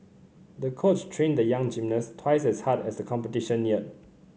the coach trained the young gymnast twice as hard as the competition neared